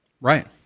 Right